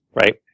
right